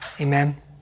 Amen